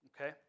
Okay